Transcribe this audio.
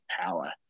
power